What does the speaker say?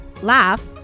laugh